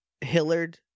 Hillard